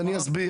ואני אסביר.